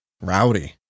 rowdy